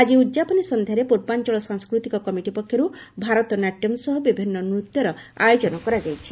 ଆକି ଉଦ୍ଯାପନୀ ସନ୍ଧ୍ୟାରେ ପ୍ରବାଞ୍ଚଳ ସାଂସ୍କୃତିକ କମିଟି ପକ୍ଷରୁ ଭାରତନାଟ୍ୟମ୍ ସହ ବିଭିନ୍ନ ନୁତ୍ୟର ଆୟୋଜନ କରାଯାଇଛି